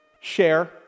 share